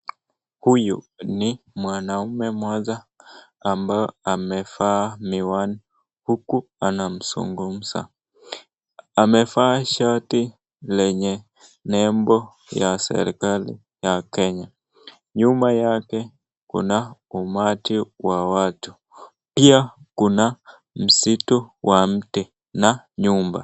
Huyu ni mwanaume mmoja ambaye amevaa miwani huku anazungumza. Amevaa shati ya serikali ya Kenya. Nyuma yake kuna umati wa watu, pia kuna msitu wa miti na nyumba.